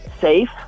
safe